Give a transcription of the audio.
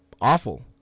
awful